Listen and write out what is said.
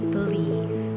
Believe